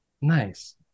nice